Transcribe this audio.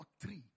three